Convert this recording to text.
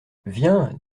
viens